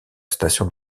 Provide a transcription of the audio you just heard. station